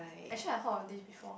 actually I heard of this before